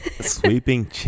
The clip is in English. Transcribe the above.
Sweeping